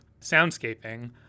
soundscaping